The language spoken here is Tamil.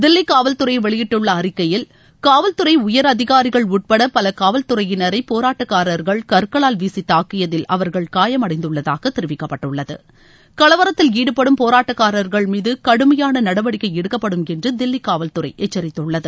தில்லி காவல்துறை வெளியிட்டுள்ள அறிக்கையில் காவல்துறை உயர் அதிகாரிகள் உட்பட பல காவல்துறையினரை போராட்டக்காரர்கள் கற்களால் வீசி தாக்கியதில் அவர்கள் காயம் அடைந்துள்ளதாக தெரிவிக்கப்பட்டுள்ளது கலவரத்தில் நடவடிக்கை எடுக்கப்படும் என்று தில்லி காவல்துறை எச்சரித்துள்ளது